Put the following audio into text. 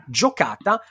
giocata